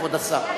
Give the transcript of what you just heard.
כבוד השר,